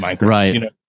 right